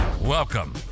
Welcome